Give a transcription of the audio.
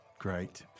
Great